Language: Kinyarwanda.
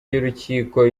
y’urukiko